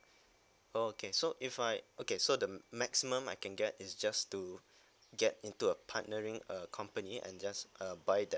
oh okay so if I okay so the maximum I can get is just to get into a partnering uh company and just uh buy that